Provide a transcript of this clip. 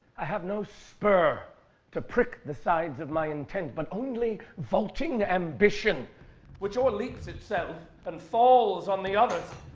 i have no spur to prick the sides of my intent but only vaulting ambition which o'erleaps itself and falls on the others!